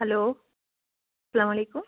hello سلام وعلیکُم